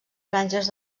franges